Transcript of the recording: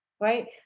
right